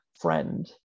friend